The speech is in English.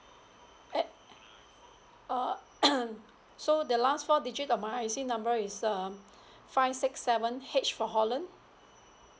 at uh so the last four digit of my I_C number is um five six seven H for holland